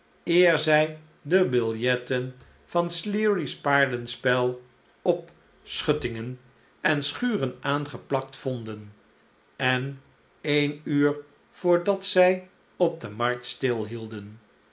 eer zij de biljetten van sleary's paardenspel op schuttingen en schuren aangeplakt vonden en een uur voordat zij op de markt